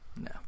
no